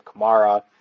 Kamara